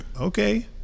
okay